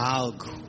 algo